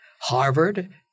Harvard